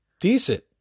Decent